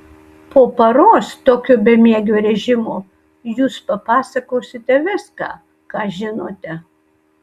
po paros tokio bemiegio režimo jūs papasakosite viską ką žinote